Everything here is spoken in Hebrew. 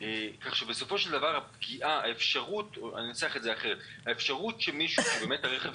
כך שבסופו של דבר האפשרות שמישהו שהרכב